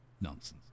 nonsense